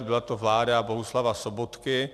Byla to vláda Bohuslava Sobotky.